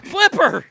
Flipper